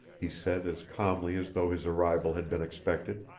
he said as calmly as though his arrival had been expected.